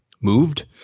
moved